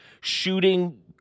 shooting